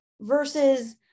versus